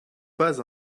pas